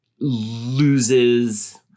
loses